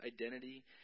identity